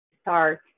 start